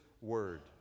Word